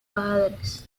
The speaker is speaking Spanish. padres